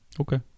Okay